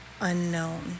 unknown